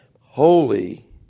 Holy